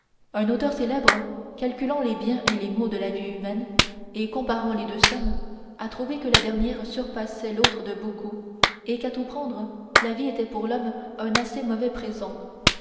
un auteur célèbre calculant les biens et les maux de la vie humaine et comparant les deux sommes a trouvé que la dernière surpassait l'autre de beaucoup et qu'à tout prendre la vie était pour l'homme un assez mauvais présent